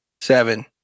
seven